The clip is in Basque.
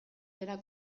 dena